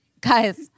guys